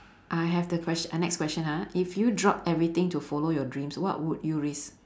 I have the questi~ the next question ah if you drop everything to follow your dreams what would you risk